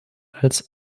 als